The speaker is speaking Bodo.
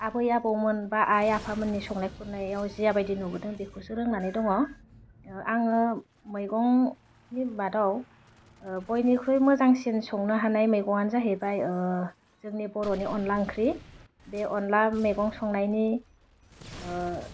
आबै आबौमोन बा आइ आफामोननि संनाय खुरनायाव जियाबायदि नुदों बेखौसो रोंनानै दङ आङो मैगंनि मादाव बयनिख्रुइ मोजांसिन संनो हानाय मैगङानो जाहैबाय जोंनि बर'नि अनला ओंख्रि बे अनला मेगं संनायनि